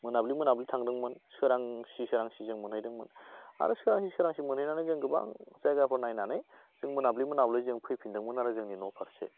मोनाब्लि मोनाब्लि थांदोंमोन सोरांसि सोरांसि जों मोनहैदोंमोन आरो सोरांसि सोरांसि मोनहैनानै जों गोबां जायगाफोर नायनानै जों मोनाब्लि मोनाब्लि जों फैफिनदोंमोन आरो जोंनि न' फारसे